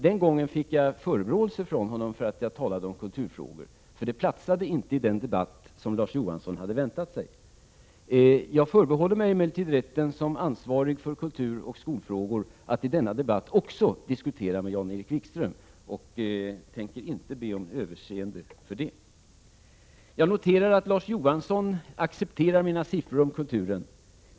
Den gången fick jag förebråelser från Larz Johansson för att jag talade om kulturfrågor, eftersom det inte platsade i den debatt som han hade väntat sig. Som ansvarig för kulturoch skolfrågor förbehåller jag mig emellertid rätten att i denna debatt också diskutera med Jan-Erik Wikström. Jag tänker inte be om överseende för det. Jag noterar att Larz Johansson acccepterar mina siffror när det gäller kulturen.